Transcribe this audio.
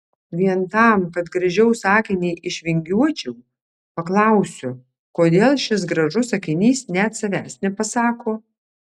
vien tam kad gražiau sakinį išvingiuočiau paklausiu kodėl šis gražus sakinys net savęs nepasako